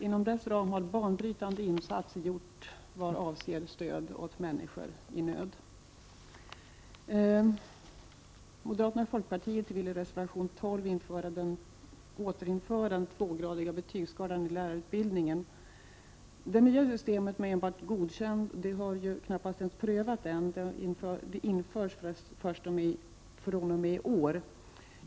Inom dess ram har banbrytande insatser gjorts vad avser stöd åt människor i nöd. lärarutbildningen. Det nya systemet med enbart Godkänd har inte prövats ännu. Det införs först fr.o.m. i år.